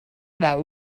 about